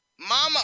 mama